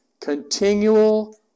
continual